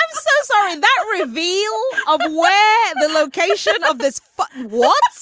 so sorry that reveal. of where the location of this once